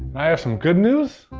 i have some good news,